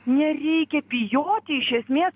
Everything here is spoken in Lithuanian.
nereikia bijoti iš esmės